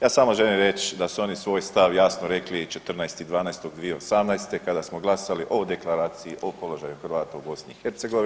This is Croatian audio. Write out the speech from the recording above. Ja samo želim reć da su oni svoj stav jasno rekli i 14.12.2018. kada smo glasali o Deklaraciji o položaju Hrvata u BiH.